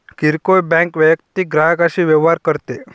किरकोळ बँक वैयक्तिक ग्राहकांशी व्यवहार करते